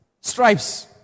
stripes